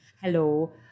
hello